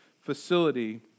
facility